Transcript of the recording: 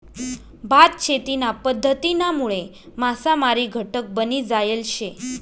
भात शेतीना पध्दतीनामुळे मासामारी घटक बनी जायल शे